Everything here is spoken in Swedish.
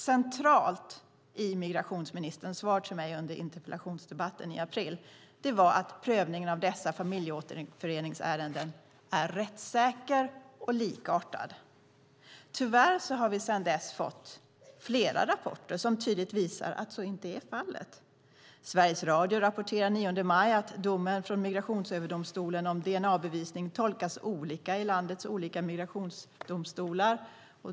Centralt i migrationsministerns svar till mig under interpellationsdebatten i april var att prövningen av dessa familjeåterföreningsärenden är rättssäker och likartad. Tyvärr har vi sedan dess fått flera rapporter som tydligt visar att så inte är fallet. Sveriges Radio rapporterade den 9 maj att domen från Migrationsöverdomstolen om dna-bevisning tolkas olika i landets olika migrationsdomstolar.